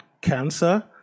cancer